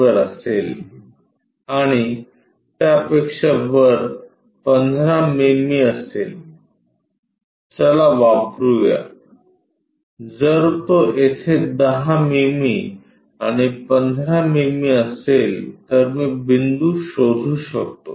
वर असेल आणि त्यापेक्षा वर 15 मिमी असेल चला वापरुया जर तो येथे 10 मिमी आणि 15 मिमी असेल तर मी बिंदू शोधू शकतो